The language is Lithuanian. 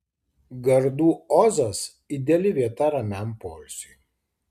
gardų ozas ideali vieta ramiam poilsiui